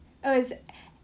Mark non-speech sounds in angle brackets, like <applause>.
<breath> oh is it